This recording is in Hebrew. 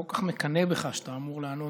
אני לא מקנא בך כל כך על שאתה אמור לענות